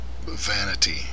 vanity